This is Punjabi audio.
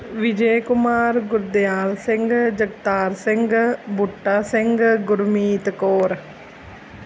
ਵਿਜੇ ਕੁਮਾਰ ਗੁਰਦਿਆਲ ਸਿੰਘ ਜਗਤਾਰ ਸਿੰਘ ਬੂਟਾ ਸਿੰਘ ਗੁਰਮੀਤ ਕੌਰ